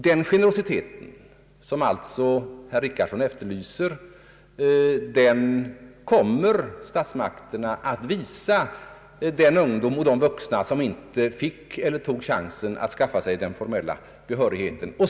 Den generositet som herr Richardson efterlyser kommer statsmakterna att visa de ungdomar och de vuxna som inte fick eller tog chansen att skaffa sig den formella behörigheten.